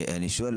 אני שואל,